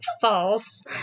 false